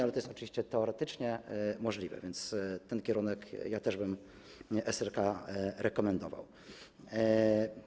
Ale to jest oczywiście teoretycznie możliwe, więc ten kierunek ja też bym rekomendował SRK.